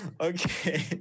Okay